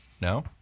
No